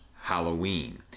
Halloween